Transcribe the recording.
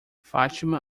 fátima